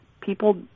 people